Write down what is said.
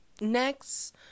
Next